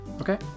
Okay